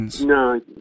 No